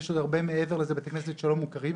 יש עוד הרבה מעבר לזה בתי כנסת שלא מוכרים,